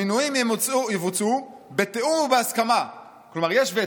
המינויים יבוצעו בתיאום ובהסכמה, כלומר יש וטו.